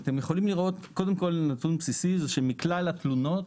קודם כל נתון בסיסי הוא שמכלל התלונות,